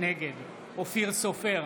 נגד אופיר סופר,